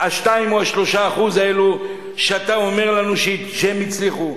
2% או 3% האלה שאתה אומר לנו שהם הצליחו.